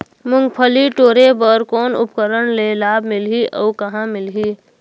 मुंगफली टोरे बर कौन उपकरण ले लाभ मिलही अउ कहाँ मिलही?